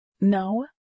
No